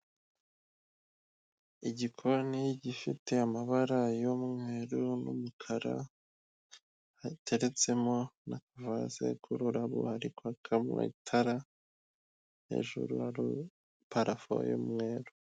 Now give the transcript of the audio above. Igikoni gifite amabara y'umweru n'umukara, hateretsemo n'akavaze k'ururabo, hari kwakamo itara, hejuru hari parafo y'umweru.